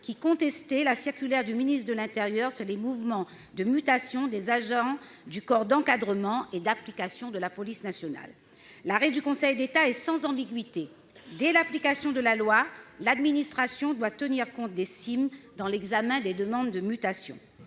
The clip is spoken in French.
qui contestait la circulaire du ministre de l'intérieur sur les mouvements de mutation des agents du corps d'encadrement et d'application de la police nationale. Cet arrêt est sans ambiguïté : dès l'application de la loi, l'administration doit tenir compte des CIMM dans l'examen des demandes de mutation.